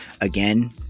again